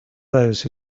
those